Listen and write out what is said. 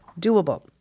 doable